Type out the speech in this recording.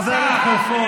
חבר הכנסת כלפון.